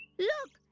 look!